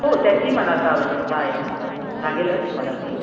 हो त्याची मला आता आवश्यकता आहे लागेलच मला ती